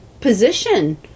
position